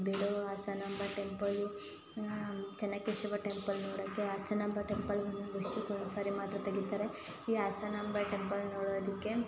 Belur Hasanamba temple Chennakeshava temple ನೋಡೋಕೆ Hasanamba temple ಒಂದು ವರ್ಷಕ್ಕೆ ಒಂದು ಸಾರಿ ಮಾತ್ರ ತೆಗಿತಾರೆ ಈ ಹಾಸನಾಂಬ ಟೆಂಪಲ್ ನೋಡೋದಕ್ಕೆ